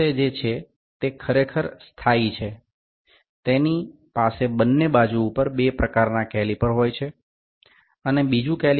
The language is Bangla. শক্ত L আকৃতির কাঠামো এবং আমাদের যা আছে সেটি আসলে স্থির হয়ে থাকে এর উভয় দিকেই দুই ধরণের ক্যালিপার রয়েছে এবং অন্যটি হল ক্যালিপার যা চলনযোগ্য